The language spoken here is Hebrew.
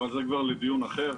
אבל זה כבר לדיון אחר.